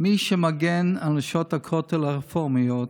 מי שמגן על נשות הכותל הרפורמיות,